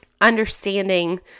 understanding